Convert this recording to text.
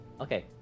Okay